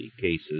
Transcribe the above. cases